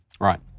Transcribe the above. right